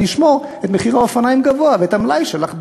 לשמור את מחיר האופניים גבוה ואת המלאי שלך בידך.